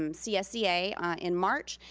um csea in march.